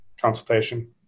consultation